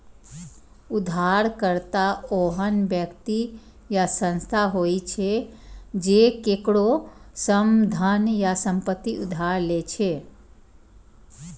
उधारकर्ता ओहन व्यक्ति या संस्था होइ छै, जे केकरो सं धन या संपत्ति उधार लै छै